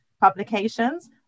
publications